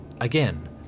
Again